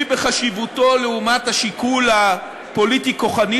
בחשיבותו לעומת השיקול הפוליטי-כוחני,